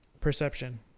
perception